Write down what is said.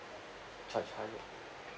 charge higher